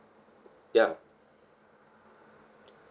yeah